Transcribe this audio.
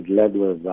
Gladwell